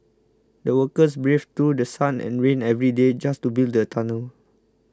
the workers braved through The Sun and rain every day just to build the tunnel